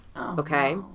Okay